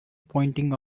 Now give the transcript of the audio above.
pointing